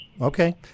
Okay